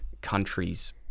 countries